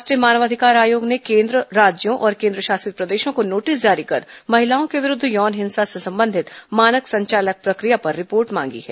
राष्ट्रीय मानवाधिकार आयोग ने केन्द्र राज्यों और केन्द्रशासित प्रदेशों को नोटिस जारी कर महिलाओं के विरुद्ध यौन हिंसा से संबंधित मानक संचालन प्रक्रिया पर रिपोर्ट मांगी है